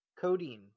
codeine